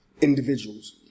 individuals